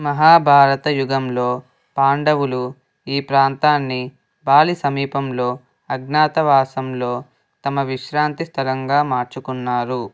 మహాభారత యుగంలో పాండవులు ఈ ప్రాంతాన్ని బాలి సమీపంలో అజ్ఞాతవాసంలో తమ విశ్రాంతి స్థలంగా మార్చుకున్నారు